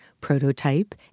prototype